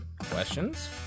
Questions